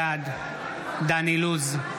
בעד דן אילוז,